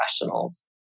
professionals